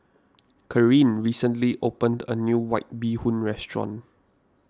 Kareen recently opened a new White Bee Hoon restaurant